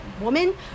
woman